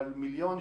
אבל מיליון,